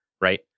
right